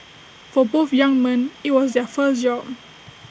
for both young men IT was their first job